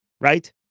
right